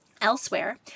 Elsewhere